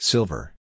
Silver